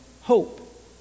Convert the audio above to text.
hope